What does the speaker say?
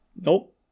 nope